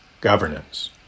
governance